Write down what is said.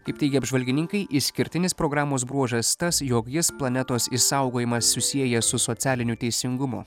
kaip teigia apžvalgininkai išskirtinis programos bruožas tas jog jis planetos išsaugojimą susieja su socialiniu teisingumu